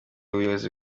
ubuyobozi